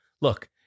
Look